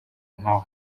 nkawe